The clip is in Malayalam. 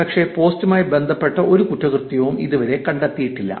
പക്ഷെ ആ പോസ്റ്റുമായി ബന്ധപ്പെട്ട ഒരു കുറ്റകൃത്യവും ഇതുവരെ കണ്ടെത്തിയിട്ടില്ല